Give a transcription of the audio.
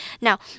Now